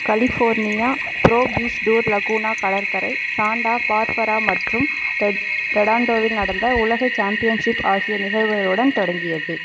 California pro beach tour Laguna கடற்கரை Santa Barbara மற்றும் ரெடான்டோவில் நடந்த உலக சாம்பியன்ஷிப் ஆகிய நிகழ்வுகளுடன் தொடங்கியது